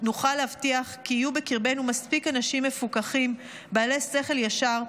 נוכל להבטיח כי יהיו בקרבנו מספיק אנשים מפוכחים בעלי שכל ישר,